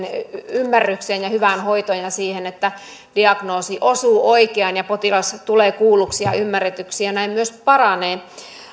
ymmärrykseen ja hyvään hoitoon ja siihen että diagnoosi osuu oikeaan ja potilas tulee kuulluksi ja ymmärretyksi ja näin myös paranee